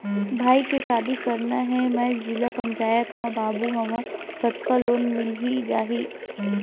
भाई के शादी करना हे मैं जिला पंचायत मा बाबू हाव कतका लोन मिल जाही?